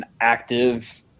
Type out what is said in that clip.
active